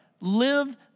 Live